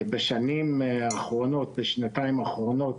בשנתיים האחרונות